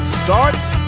starts